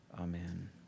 Amen